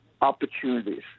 opportunities